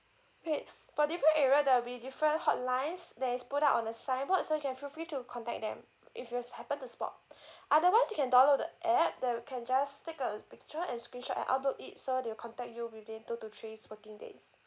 okay for different area there'll be different hot lines that is put up on the signboard so you can feel free to contact them if you is happen to spot otherwise you can download the app there you can just take a picture and screenshot and upload it so they'll contact you within two to threes working days